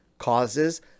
causes